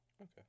Okay